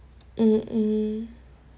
mm mm